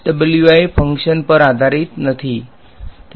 તેથી weights function પર આધારિત નથી